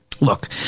Look